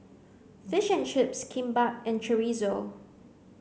fish and chips Kimbap and Chorizo